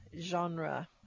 genre